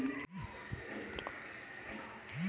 छात्र ऋण योजना के अंतर्गत बहुत बच्चा के लाभ प्राप्त होलय